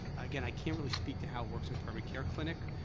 again, i can't really speak to how it works in a primary care clinic,